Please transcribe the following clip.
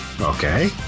Okay